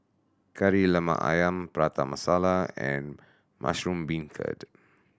Kari Lemak Ayam Prata Masala and mushroom beancurd